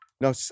No